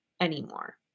anymore